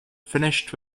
finished